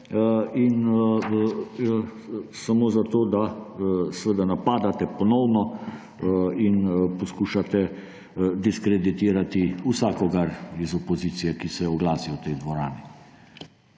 samo zato, da napadate ponovno in poskušate diskreditirati vsakogar iz opozicije, ki se oglasi v tej dvorani.